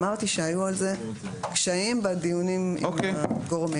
אמרתי שהיו על זה קשיים בדיונים עם הפורומים.